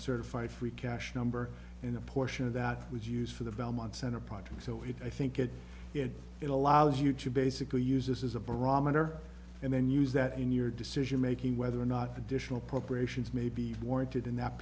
certified free cash number in a portion of that was used for the belmont center project so it i think it it allows you to basically use this as a barometer and then use that in your decision making whether or not additional proper ations may be warranted in that